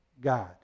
God